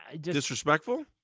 Disrespectful